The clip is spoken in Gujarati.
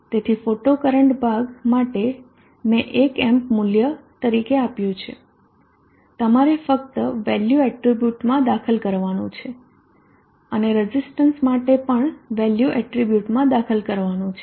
તેથી ફોટોકરંટ ભાગ માટે મેં એક એમ્પ મૂલ્ય તરીકે આપ્યું છે તમારે ફક્ત વેલ્યુ એટ્રીબ્યુટમાં દાખલ કરવાનું છે અને રઝિસ્ટન્સ માટે પણ વેલ્યુ એટ્રીબ્યુટમાં દાખલ કરવાનું છે